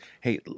hey